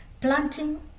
planting